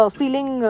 feeling